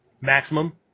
Maximum